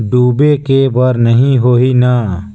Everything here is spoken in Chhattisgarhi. डूबे के बर नहीं होही न?